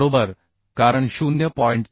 बरोबर कारण 0